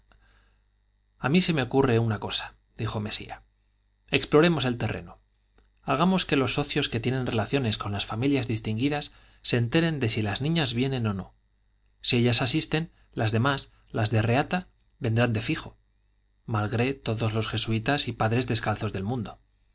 a mí se me ocurre una cosa dijo mesía exploremos el terreno hagamos que los socios que tienen relaciones con las familias distinguidas se enteren de si las niñas vienen o no si ellas asisten las demás las de reata vendrán de fijo malgré todos los jesuitas y padres descalzos del mundo